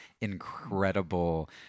incredible